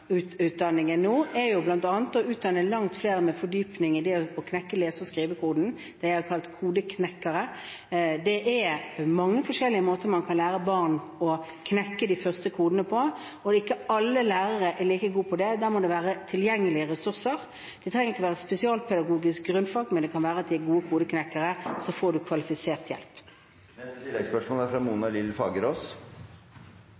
er bl.a. å utdanne langt flere med fordypning i det å knekke lese- og skrivekoden – dem jeg har kalt kodeknekkere. Det er mange forskjellige måter man kan lære barn å knekke de første kodene på, og ikke alle lærere er like gode på det. Da må det være tilgjengelige ressurser. De trenger ikke ha spesialpedagogisk grunnfag, men det kan være at de er gode kodeknekkere, og så får man kvalifisert hjelp.